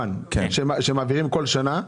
שמעבירים כל שנה.